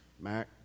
Mac